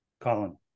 Colin